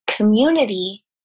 community